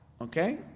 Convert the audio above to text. okay